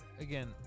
again